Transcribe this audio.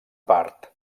part